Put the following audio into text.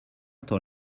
tant